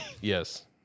Yes